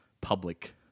public